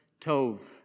tov